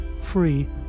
free